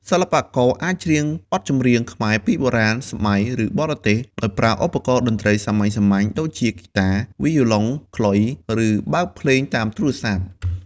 សិល្បករអាចច្រៀងបទចម្រៀងខ្មែរពីបុរាណ សម័យ ឬបរទេស ដោយប្រើឧបករណ៍តន្ត្រីសាមញ្ញៗ ដូចជាហ្គីតា វីយូឡុង ខ្លុយ ឬបើកភ្លេងតាមទូរស័ព្ទ។